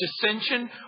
Dissension